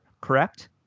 Correct